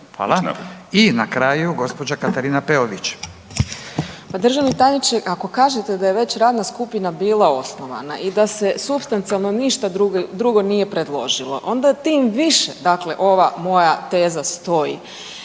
Hvala. I na kraju gospođa Katarina Peović. **Peović, Katarina (RF)** Pa državni tajniče, ako kažete da je već radna skupina bila osnovana i da se supstancijalno ništa drugo nije predložilo onda tim više ova moja teza stoji.